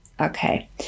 Okay